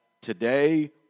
today